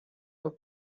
were